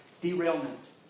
Derailment